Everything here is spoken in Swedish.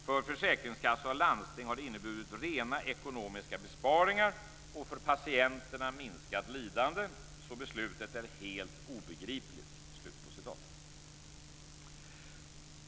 För försäkringskassa och landsting har det inneburit rena ekonomiska besparingar och för patienterna minskat lidande så beslutet är helt obegripligt.